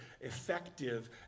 effective